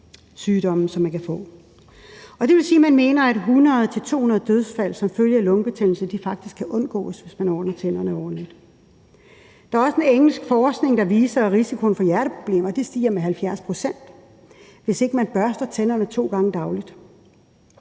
sygdomme, som man kan få. Og det vil sige, at man mener, at 100 til 200 dødsfald som følge af lungebetændelse faktisk kan undgås, hvis tænderne ordnes ordentligt. Der er også en engelsk forskning, der viser, at risikoen for hjerteproblemer stiger med 70 pct., hvis ikke man børster tænderne to gange dagligt,